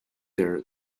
there